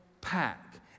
pack